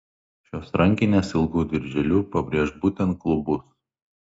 šios rankinės ilgu dirželiu pabrėš būtent klubus